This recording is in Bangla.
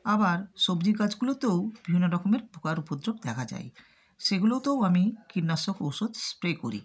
আবার সবজি গাছগুলোতেও বিভিন্ন রকমের পোকার উপদ্রব দেখা যায় সেগুলোতেও আমি কীটনাশক ঔষধ স্প্রে করি